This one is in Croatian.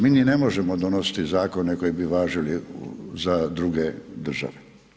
Mi ni ne možemo donositi zakone, koji bi važili za druge države.